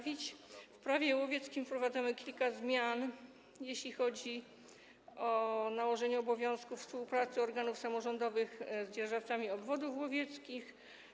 W Prawie łowieckim wprowadzamy kilka zmian, jeśli chodzi o nałożenie obowiązku współpracy organów samorządowych z dzierżawcami obwodów łowieckich.